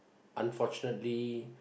unfortunately